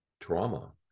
trauma